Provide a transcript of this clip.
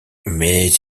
mais